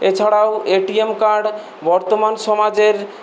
এছাড়াও ATM card বর্তমান সমাজের